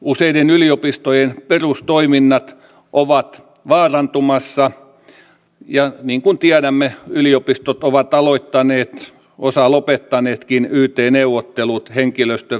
useiden yliopistojen perustoiminnat ovat vaarantumassa ja niin kuin tiedämme yliopistot ovat aloittaneet osa on lopettanutkin yt neuvottelut henkilöstön vähentämiseksi